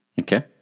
Okay